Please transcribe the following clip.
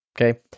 Okay